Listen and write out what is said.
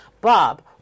Bob